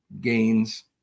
gains